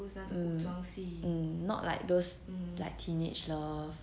mm mm not like those like teenage love